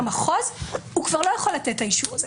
המחוז הוא כבר לא יכול לתת את האישור הזה.